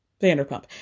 Vanderpump